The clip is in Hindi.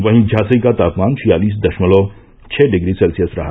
वहीं झांसी का तापमान छियालीस दशमलव छह डिग्री सेल्सियस रहा